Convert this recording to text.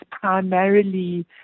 primarily